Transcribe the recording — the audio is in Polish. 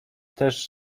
też